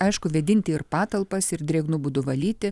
aišku vėdinti ir patalpas ir drėgnu būdu valyti